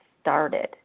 started